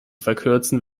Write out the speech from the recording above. verkürzen